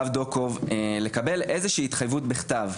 הרב דוקוב, לקבל איזו שהיא התחייבות בכתב.